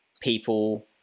people